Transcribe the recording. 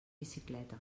bicicleta